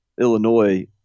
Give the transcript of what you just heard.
Illinois